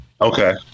Okay